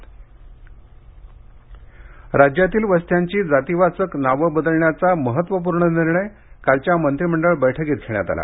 मंत्रीमंडळ निर्णय राज्यातील वस्त्यांची जातीवाचक नावं बदलण्याचा महत्वपूर्ण निर्णय कालच्या मंत्रिमंडळ बैठकीत घेण्यात आला